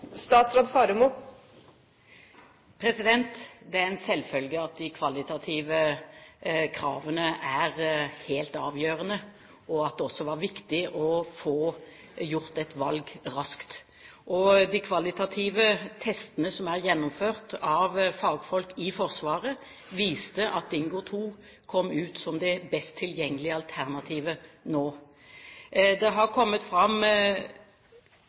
er en selvfølge at de kvalitative kravene er helt avgjørende, og det var også viktig å få gjort et valg raskt. De kvalitative testene som er gjennomført av fagfolk i Forsvaret, viste at Dingo 2 kom ut som det best tilgjengelige alternativet nå. Det har kommet fram